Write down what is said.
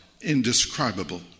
indescribable